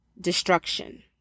destruction